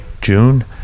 June